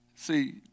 see